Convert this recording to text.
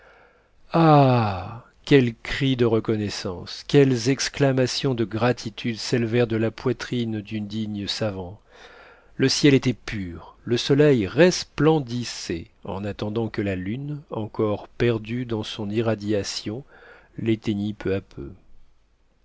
quel cri de reconnaissance quelles exclamations de gratitude s'élevèrent de la poitrine du digne savant le ciel était pur le soleil resplendissait en attendant que la lune encore perdue dans son irradiation l'éteignît peu à peu